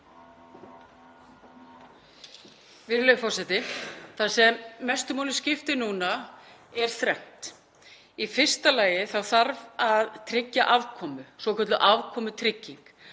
Virðulegur forseti. Það sem mestu máli skiptir núna er þrennt: Í fyrsta lagi þarf að tryggja afkomu, svokallaða afkomutryggingu.